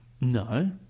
No